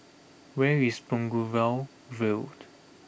where is Boulevard Vue